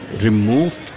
removed